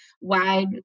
wide